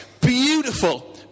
Beautiful